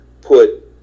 put